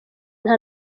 nta